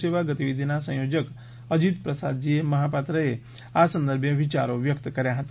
સેવા ગતિવિધિના સંયોજક અજીત પ્રસાદજી મહાપાત્રે આ સંદર્ભે વિયારો વ્યક્ત કર્યા હતા